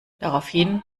daraufhin